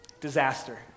Disaster